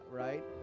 right